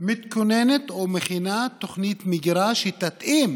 מתכוננת או מכינה תוכנית מגירה שתתאים